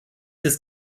ist